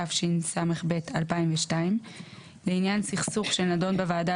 התשס"ב 2002 ,לעניין סכסוך שנדון בוועדה